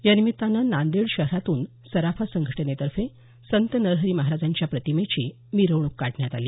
यानिमित्तानं नांदेड शहरातून सराफा संघटनेतफे संत नरहरी महाराजांच्या प्रतिमेची मिरवणूक काढण्यात आली